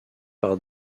par